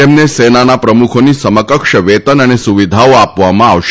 તેમને સેનાના પ્રમુખોની સમકક્ષ વેતન અને સુવિધાઓ આપવામાં આવશે